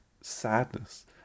sadness